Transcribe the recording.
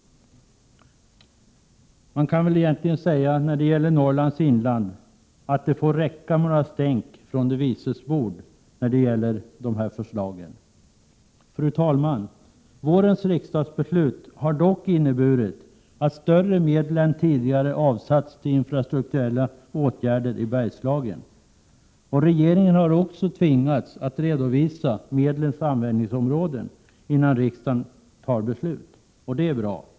Man kan egentligen säga när det gäller Norrlands inland att det får räcka med några stänk från de vises bord i detta sammanhang. Fru talman! Vårens riksdagsbeslut har dock inneburit att större medel än tidigare har avsatts till infrastrukturella åtgärder. Regeringen har också tvingats att redovisa medlens användningsområde innan riksdagen fattar beslut. Det är bra.